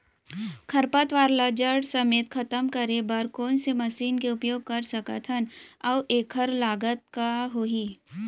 खरपतवार ला जड़ समेत खतम करे बर कोन से मशीन के उपयोग कर सकत हन अऊ एखर लागत का होही?